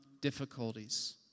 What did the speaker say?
difficulties